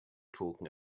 talking